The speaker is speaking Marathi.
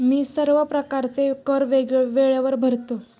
मी सर्व प्रकारचे कर वेळेवर भरतो